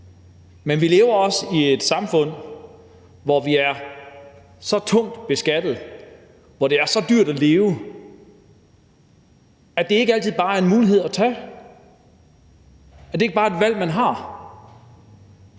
Men vi lever også i et samfund, hvor vi er så tungt beskattet, hvor det er så dyrt at leve, at det ikke altid bare er en mulighed, at det ikke bare er et valg, man har.